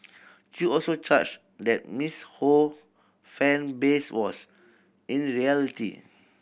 Chew also charged that Miss Ho fan base was in reality